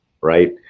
Right